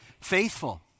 Faithful